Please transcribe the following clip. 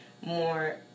more